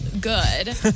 good